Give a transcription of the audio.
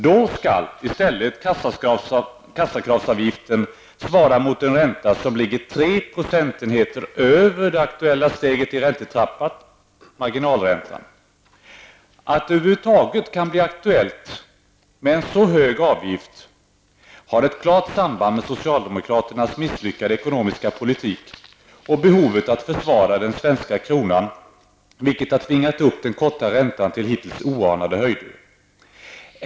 Då skall i stället kassakravsavgiften svara mot en ränta som ligger tre procentenheter över det aktuella steget i räntetrappan, marginalräntan. Att det över huvud taget kan bli aktuellt med en så hög avgift har ett klart samband med socialdemokraternas misslyckade ekonomiska politik och behovet av att försvara den svenska kronan, vilket har tvingat upp den korta räntan till hittills oanade höjder.